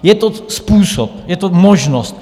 Je to způsob, je to možnost.